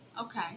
Okay